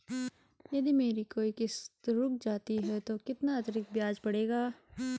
यदि मेरी कोई किश्त रुक जाती है तो कितना अतरिक्त ब्याज पड़ेगा?